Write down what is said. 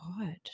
God